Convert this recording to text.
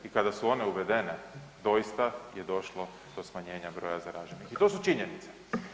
I kada su one uvedene, doista je došlo do smanjenja broja zaraženih i to su činjenice.